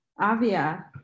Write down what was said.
Avia